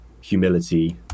humility